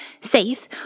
safe